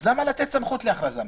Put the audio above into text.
אז למה לתת סמכות להכרזה מלאה?